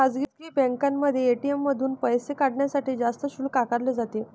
खासगी बँकांमध्ये ए.टी.एम मधून पैसे काढण्यासाठी जास्त शुल्क आकारले जाते